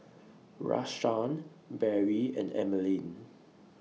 Rashaan Barrie and Emeline